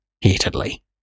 heatedly